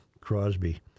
Crosby